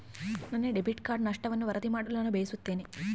ನನ್ನ debit card ನಷ್ಟವನ್ನು ವರದಿ ಮಾಡಲು ನಾನು ಬಯಸುತ್ತೇನೆ